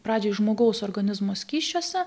pradžiai žmogaus organizmo skysčiuose